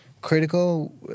critical